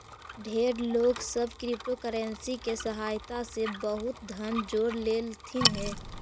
ढेर लोग सब क्रिप्टोकरेंसी के सहायता से बहुत धन जोड़ लेलथिन हे